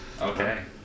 Okay